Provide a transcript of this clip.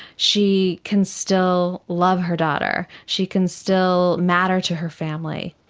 she can still love her daughter, she can still matter to her family.